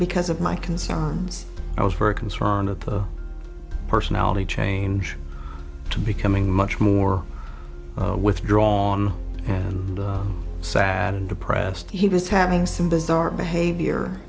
because of my concerns i was very concerned at the personality change to becoming much more withdrawn and sad and depressed he was having some bizarre behavior